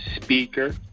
speaker